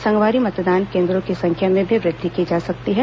संगवारी मतदान केन्द्रों की संख्या में भी वृद्धि की जा सकती है